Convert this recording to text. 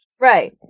Right